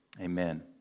Amen